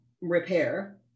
repair